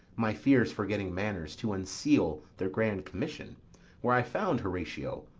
my fears forgetting manners, to unseal their grand commission where i found, horatio,